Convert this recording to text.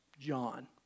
John